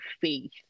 faith